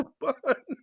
fun